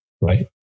Right